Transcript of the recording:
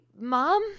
Mom